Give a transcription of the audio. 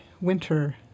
winter